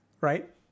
Right